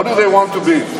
What do they want to be?